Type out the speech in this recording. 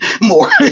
more